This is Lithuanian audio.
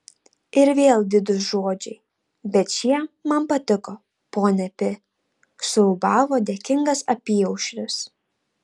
ir vėl didūs žodžiai bet šie man patiko ponia pi suūbavo dėkingas apyaušris